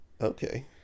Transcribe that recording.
okay